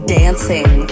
dancing